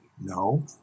no